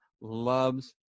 loves